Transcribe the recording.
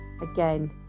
again